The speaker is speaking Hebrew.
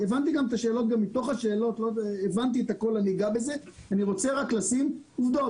ככל שמדינת ישראל תאמר: לא צריך רישיונות,